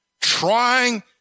trying